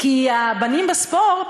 כי הבנים בספורט,